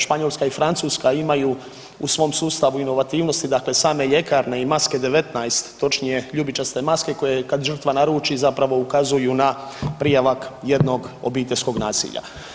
Španjolska i Francuska imaju u svom sustavu inovativnosti, dakle same ljekarne i maske 19, točnije ljubičaste maske koje kad žrtva naruči zapravo ukazuju na prijavak jednog obiteljskog nasilja.